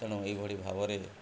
ତେଣୁ ଏଇଭଳି ଭାବରେ